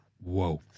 Whoa